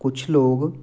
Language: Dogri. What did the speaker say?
कुछ लोक